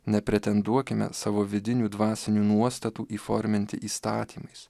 nepretenduokime savo vidinių dvasinių nuostatų įforminti įstatymais